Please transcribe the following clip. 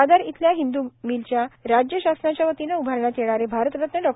दादर येथील इंदू मिलच्या जागेवर राज्य शासनाच्यावतीनं उभारण्यात येणारे भारतरत्न डॉ